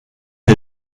est